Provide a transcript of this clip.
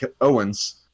Owens